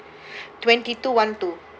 twenty two one two